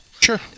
Sure